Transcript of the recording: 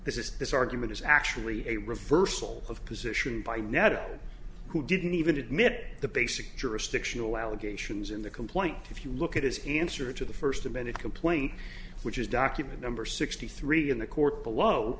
this is this argument is actually a reversal of position by nettled who didn't even admit the basic jurisdictional allegations in the complaint if you look at his answer to the first amended complaint which is document number sixty three in the court below